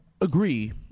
agree